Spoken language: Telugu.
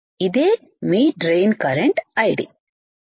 ఇదే మీ డ్రైన్ కరెంటు I D